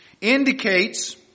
indicates